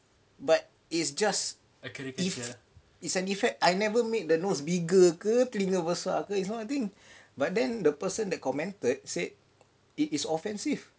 but it's just is is is an effect I never made the nose bigger ke telinga besar ke is not I think but then the person that commented said it is offensive